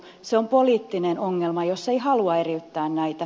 se on poliittinen ongelma jos ei halua eriyttää näitä